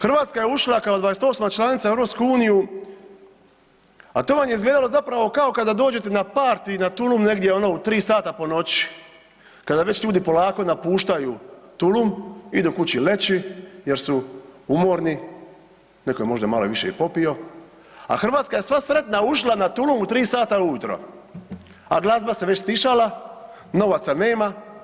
Hrvatska je ušla kao 28. članica u EU, a to vam je izgledalo zapravo kao kada dođete na parti na tulum negdje ono u 3 sata po noći, kada već ljudi polako napuštaju tulum, idu kući leći jer su umorni, neko je možda malo i više popio, a Hrvatska je sva sretna ušla na tulum u 3 sata ujutro, a glazba se već stišala, novaca nema.